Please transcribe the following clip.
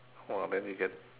orh then you get